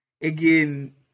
again